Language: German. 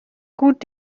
gut